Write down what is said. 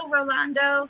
Rolando